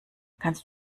kannst